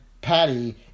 Patty